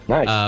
Nice